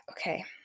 okay